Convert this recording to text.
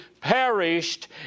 perished